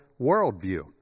worldview